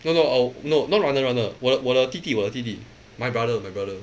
no no uh no not runner runner 我的我的弟弟我弟弟 my brother my brother